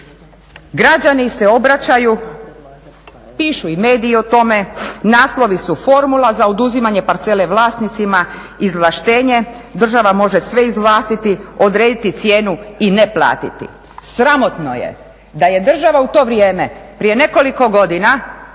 građani se obraćaju, pišu i mediji o tome, naslovi su formula za oduzimanje parcele vlasnicima, izvlaštenje, država može sve izvlastiti, odrediti cijenu i ne platiti. Sramotno je da je država u to vrijeme prije nekoliko godina